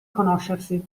conoscersi